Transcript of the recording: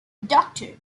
doctor